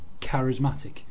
charismatic